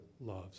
loves